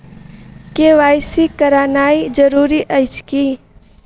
KYC करानाइ जरूरी अछि की?